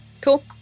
cool